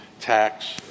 tax